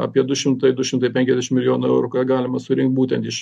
apie du šimtai du šimtai penkiasdešim milijonų eurų ką galima surinkt būtent iš